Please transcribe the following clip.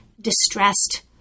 distressed